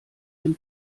dem